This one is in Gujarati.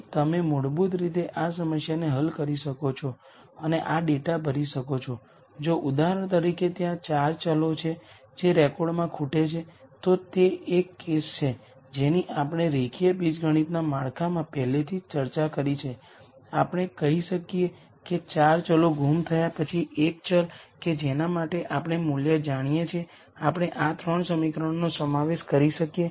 હું આને λ as તરીકે લખી શકું છું અને આ કોલમ ગુણાકાર કેવી રીતે કરવો અને આ કોલમના ગુણાકારને કેવી રીતે સમજાવું તે અગાઉના વ્યાખ્યાનમાંથી મેં કહ્યું કે તમે આ વિશે v₁ ટાઈમ્સ A ની પ્રથમ કોલમ v2 ટાઈમ્સ A ની બીજી કોલમની જેમ વિચારી શકો